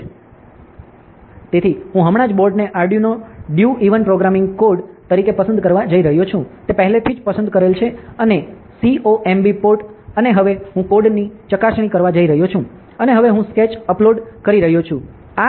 તેથી હું હમણાં જ બોર્ડને Arduino Due even programming code તરીકે પસંદ કરવા જઇ રહ્યો છું તે પહેલેથી જ પસંદ કરેલ છે અને COMB પોર્ટ અને હવે હું કોડની ચકાસણી કરવા જઇ રહ્યો છું અને હવે હું સ્કેચ અપલોડ કરી રહ્યો છું